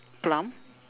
plum